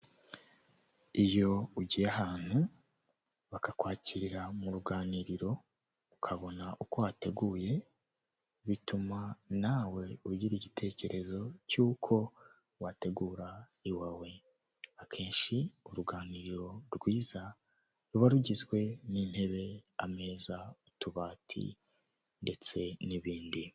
Urujya n'uruza rw'abantu benshi bo mu ngeri zose baremye isoko ryubakiye ryiganjemo ibikomoka ku buhinzi birimo amacunga, indimu, ibinyomoro, kokombure, imineke n'ibindi byinshi hagamijwe guteza imbere ibikomoka ku buhinzi